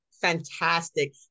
Fantastic